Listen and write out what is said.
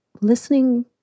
listening